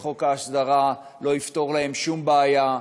שחוק ההסדרה לא יפתור להן שום בעיה,